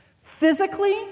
Physically